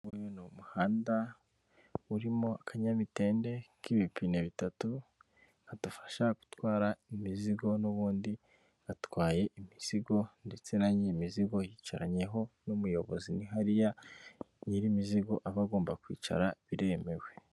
Ni u muhanda urimo akanyamitende k'ibipine bitatu kadufasha gutwara imizigo n'ubundi gatwaye imizigo ndetse na nyirimizigo yicaranyeho n'umuyobozi, ni hariya nyiri imizigo aba agomba kwicara biremewe.